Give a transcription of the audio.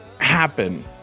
happen